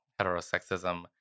heterosexism